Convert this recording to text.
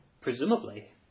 Presumably